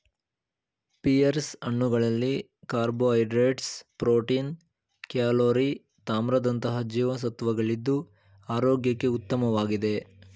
pears ಹಣ್ಣುಗಳಲ್ಲಿ carbohydrates, protein, calorie ತಾಮ್ರದಂತಹ ಜೀವಸತ್ವಗಳಿದ್ದು ಆರೋಗ್ಯಕ್ಕೆ ಉತ್ತಮವಾಗಿದೆ